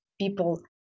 people